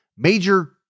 Major